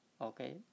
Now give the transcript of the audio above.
okay